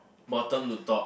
bottom to top